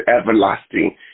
everlasting